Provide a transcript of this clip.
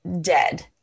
dead